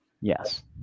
yes